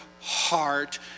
heart